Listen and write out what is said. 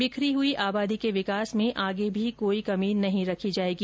बिखरी हई आबादी के विकास में आगे भी कोई कमी नहीं रखी जाएगी